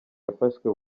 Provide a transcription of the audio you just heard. yafashwe